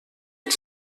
ens